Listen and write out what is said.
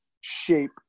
shape